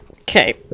Okay